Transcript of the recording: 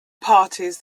parties